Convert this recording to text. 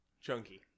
Chunky